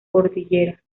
cordillera